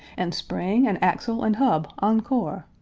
and spring and axle and hub encore,